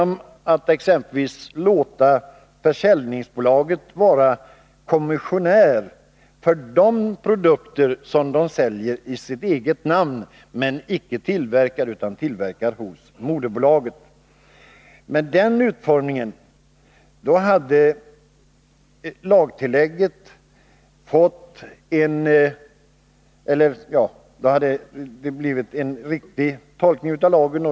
Man hade exempelvis kunnat låta försäljningsbolaget vara kommissionär för de produkter som det säljer i sitt eget namn men icke tillverkar utan som tillverkas hos moderbolaget. En sådan utformning hade gjort det möjligt att tillämpa en riktig tolkning av lagen.